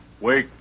Wake